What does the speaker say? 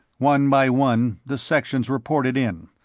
one by one the sections reported in,